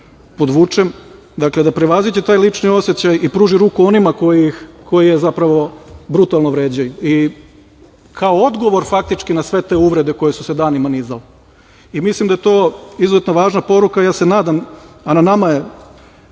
podvučem, dakle, da prevaziđe taj lični osećaj i pruži ruku onima koji zapravo brutalno vređaju i kao odgovor, faktički, na sve te uvrede koje su se danima nizale. Mislim da je to izuzetno važna poruka i ja se nadam, a na nama je